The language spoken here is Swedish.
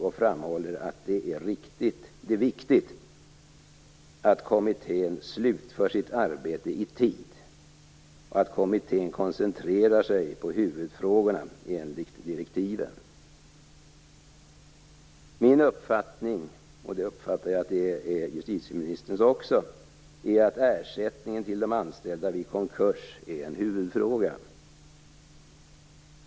Hon framhåller också att det är viktigt att kommittén slutför sitt arbete i tid och koncentrerar sig på huvudfrågorna enligt direktiven. Min mening - jag uppfattar det så att det också är justitieministerns uppfattning - är att ersättningen till de anställda vid konkurs är en huvudfråga.